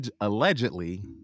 allegedly